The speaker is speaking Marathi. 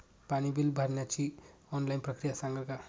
पाणी बिल भरण्याची ऑनलाईन प्रक्रिया सांगाल का?